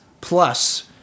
plus